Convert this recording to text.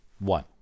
one